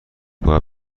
باید